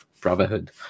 brotherhood